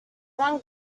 one